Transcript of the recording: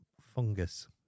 fungus